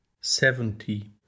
seventy